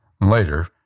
Later